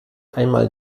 einmal